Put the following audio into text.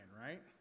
right